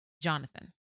Jonathan